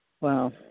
Wow